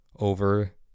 over